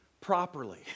properly